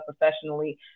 professionally